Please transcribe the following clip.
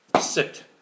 sit